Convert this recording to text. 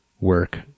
work